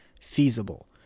feasible